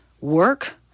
work